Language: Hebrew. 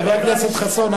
חבר הכנסת חסון,